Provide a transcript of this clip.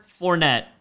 Fournette